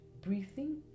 breathing